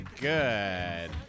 Good